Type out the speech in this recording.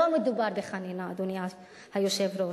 לא מדובר בחנינה, אדוני היושב-ראש,